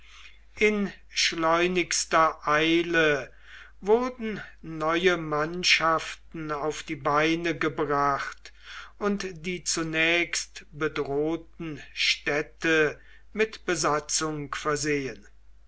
in schleunigster eile wurden neue mannschaften auf die beine gebracht und die zunächst bedrohten städte mit besatzung versehen